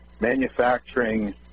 Manufacturing